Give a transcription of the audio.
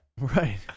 Right